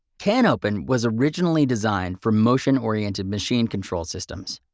canopen was originally designed for motion-oriented machine control systems.